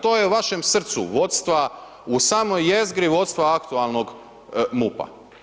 To je u vašem srcu vodstva, u samoj jezgri vodstva aktualnog MUP-a.